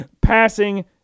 passing